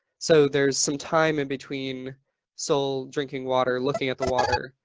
so there's some time in between soul drinking water, looking at the water